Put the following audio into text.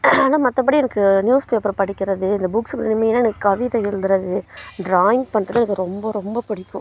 ஆனால் மற்றப்படி எனக்கு நியூஸ் பேப்பர் படிக்கிறது இந்த புக்ஸ் மெயினாக எனக்கு கவிதை எழுதுறது ட்ராயிங் பண்ணுறது எனக்கு ரொம்ப ரொம்ப பிடிக்கும்